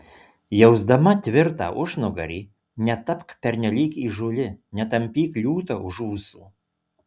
jausdama tvirtą užnugarį netapk pernelyg įžūli netampyk liūto už ūsų